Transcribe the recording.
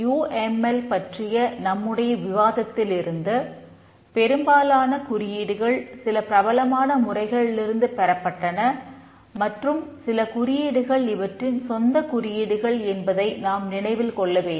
you M L பற்றிய நம்முடைய விவாதத்தில் இருந்து பெரும்பாலான குறியீடுகள் சில பிரபலமான முறைகளிலிருந்து பெறப்பட்டன மற்றும் சில குறியீடுகள் இவற்றின் சொந்த குறியீடுகள் என்பதை நாம் நினைவில் கொள்ள வேண்டும்